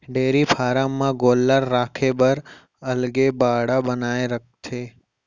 dairy farm म गोल्लर राखे बर अलगे बाड़ा बनाए रथें